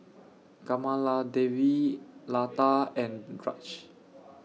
Kamaladevi Lata and Raj